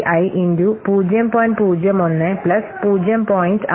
01 0